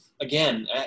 again